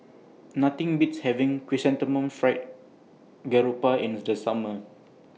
Nothing Beats having Chrysanthemum Fried Garoupa in The Just Summer